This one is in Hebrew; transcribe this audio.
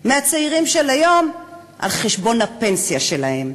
מהצעירים של היום על חשבון הפנסיה שלהם,